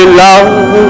love